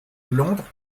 londres